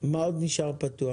מה עוד נשאר פתוח?